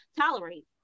tolerate